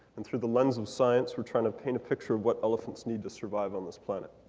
and through the lens of science, we're trying to paint a picture of what elephants need to survive on this planet.